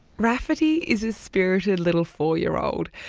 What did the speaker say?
rafferty is a spirited little four year old,